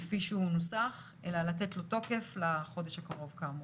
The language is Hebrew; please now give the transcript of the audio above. כפי שהוא נוסח, ולתת לו תוקף לחודש הקרוב.